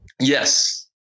Yes